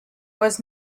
was